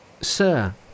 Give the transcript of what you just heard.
Sir